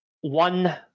one